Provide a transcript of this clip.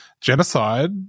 Genocide